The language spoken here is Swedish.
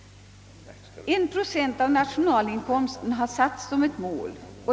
En procent av nationalinkomsten har satts som ett mål.